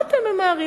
מה אתם ממהרים?